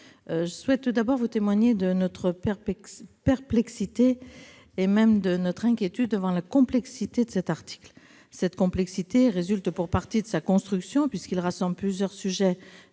je souhaite vous faire part de notre perplexité, et même de notre inquiétude, devant la complexité de cet article. Cette complexité résulte pour partie de sa construction, puisqu'il recouvre plusieurs sujets